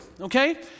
okay